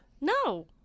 no